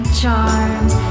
charms